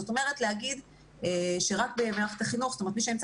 זאת אומרת להגיד שרק במערכת החינוך מי שנמצא